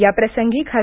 याप्रसंगी खा